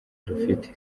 rufite